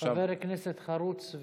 הוא חבר כנסת חרוץ,